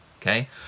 okay